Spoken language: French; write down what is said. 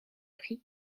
prix